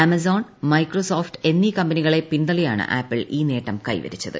Amazon Microsoft എന്നീ കമ്പനികളെ പിൻതള്ളിയാണ് ആപ്പിൾ ഈ നേട്ടം കൈവരിച്ചത്